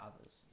others